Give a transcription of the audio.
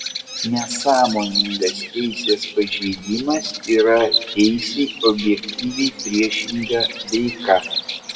nesąmoningas teisės pažeidimas yra teisei objektyviai priešinga veika